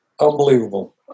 unbelievable